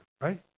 right